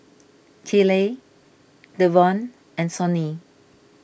Keeley Deven and Sonny